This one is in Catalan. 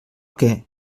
que